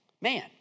man